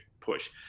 push